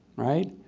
right?